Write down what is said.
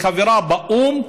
שהיא חברה באו"ם,